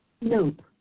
Nope